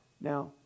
Now